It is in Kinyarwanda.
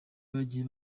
bagiye